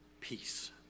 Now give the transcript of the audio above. peace